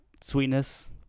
sweetness